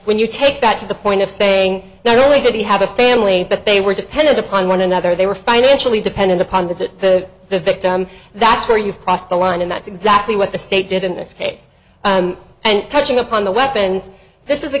when you take that to the point of saying not only did he have a family but they were dependent upon one another they were financially dependent upon the the victim that's where you've crossed the line and that's exactly what the state did in this case and touching upon the weapons this is a